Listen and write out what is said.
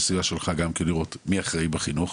למשל, להבין מי אחראי.